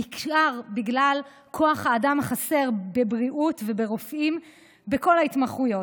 בעיקר בגלל כוח האדם החסר בבריאות וברופאים בכל ההתמחויות,